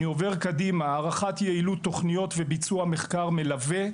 אני עובר קדימה הערכת יעילות תוכניות וביצוע מחקר מלווה.